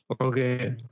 okay